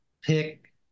pick